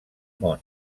món